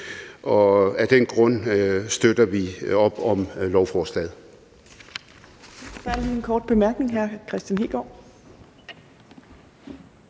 Og af den grund bakker vi op om lovforslaget.